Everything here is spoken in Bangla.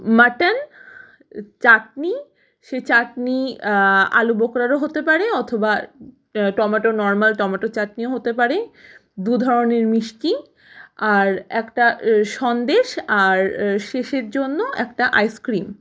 মাটান চাটনি সেই চাটনি আলু বোখরারও হতে পারে অথবা টম্যাটো নরম্যাল টম্যাটোর চাটনিও হতে পারে দু ধরনের মিষ্টি আর একটা সন্দেশ আর শেষের জন্য একটা আইসক্রিম